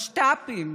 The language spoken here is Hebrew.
משת"פים